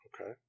Okay